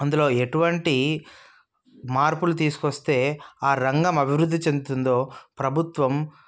అందులో ఎటువంటి మార్పులు తీసుకొస్తే ఆ రంగం అభివృద్ధి చెందుతుందో ప్రభుత్వం